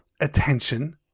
attention